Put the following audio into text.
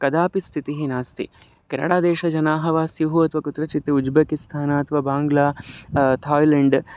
कदापि स्थितिः नास्ति केनडादेशजनाः वा स्युः अथवा कुत्रचित् उज्बेकिस्थान अथवा बाङ्ग्ला थाय्लेण्ड्